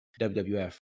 WWF